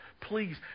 Please